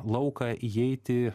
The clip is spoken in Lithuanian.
lauką įeiti